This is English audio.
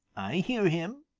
hear him,